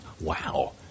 Wow